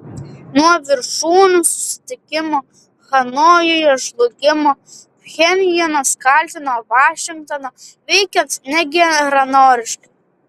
nuo viršūnių susitikimo hanojuje žlugimo pchenjanas kaltino vašingtoną veikiant negeranoriškai